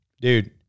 Dude